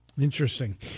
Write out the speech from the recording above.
Interesting